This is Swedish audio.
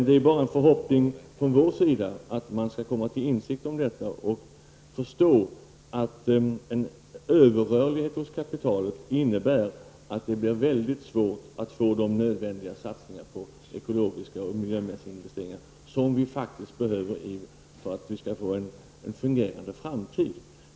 Det är bara en förhoppning från vår sida att man skall komma till insikt om detta och förstå att en överrörlighet hos kapitalet innebär att det blir mycket svårt att få till stånd de nödvändiga satsningarna på ekologiska och miljömässiga investeringar, som vi faktiskt behöver för att vi skall få en fungerande framtid.